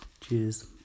cheers